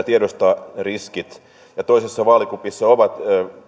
tiedostaa riskit ja toisessa vaakakupissa ovat